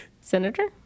Senator